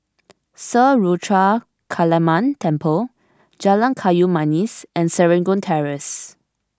Sri Ruthra Kaliamman Temple Jalan Kayu Manis and Serangoon Terrace